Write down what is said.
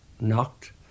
knocked